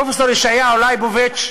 פרופסור ישעיהו ליבוביץ,